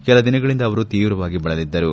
ಕೆಲ ದಿನಗಳಿಂದ ಅವರು ತೀವ್ರವಾಗಿ ಬಳಲಿದ್ದರು